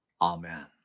Amen